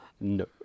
no